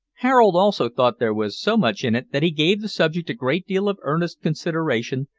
harold also thought there was so much in it that he gave the subject a great deal of earnest consideration,